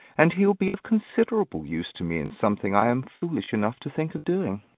and he'll be of considerable use to me in something i am foolish enough to think of doing.